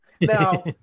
Now